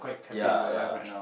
ya ya